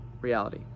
reality